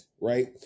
right